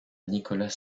nicolas